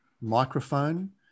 microphone